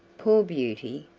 poor beauty,